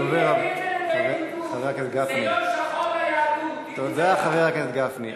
טיבי הביא את זה לידי ביטוי, חבר הכנסת גפני.